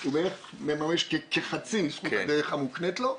הוא מממש כחצי מזכות הדרך המוקנית לו,